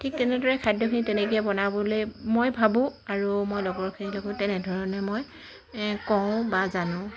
ঠিক তেনেদৰে খাদ্যখিনি তেনেকৈ বনাবলৈ মই ভাবোঁ আৰু মই লগৰখিনিৰ লগত তেনেধৰণে মই কওঁ বা জানোঁ